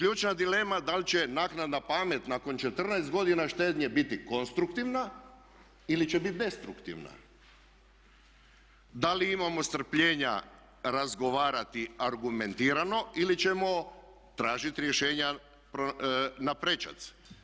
Ključna dilema da li će naknadna pamet nakon 14 godina štednje biti konstruktivna ili će biti destruktivna, da li imamo strpljenja razgovarati argumentirano ili ćemo tražiti rješenja naprečac.